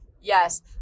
Yes